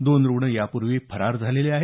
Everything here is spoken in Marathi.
दोन रुग्ण यापूर्वी फरार झाले आहेत